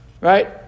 right